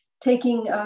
taking